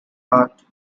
art